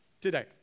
today